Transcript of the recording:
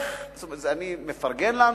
אני מפרגן לנו,